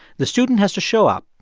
the student has to show up,